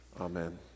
amen